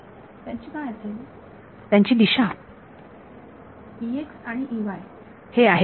विद्यार्थी त्यांची काय असेल त्यांची दिशा विद्यार्थी E x आणि E y हे आहेत